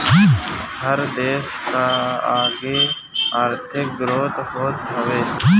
हर देस कअ एगो आर्थिक ग्रोथ होत हवे